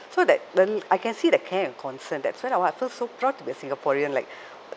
so that then I can see the care and concern that's why I feel so proud to be singaporean like